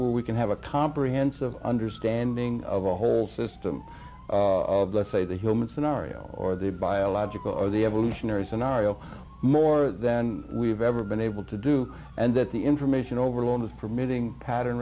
where we can have a comprehensive understanding of a whole system of let's say the human scenario or the biological or the evolutionary scenario more than we've ever been able to do and that the information overload with permitting pattern